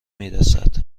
میرسد